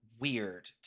weird